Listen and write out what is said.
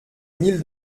mille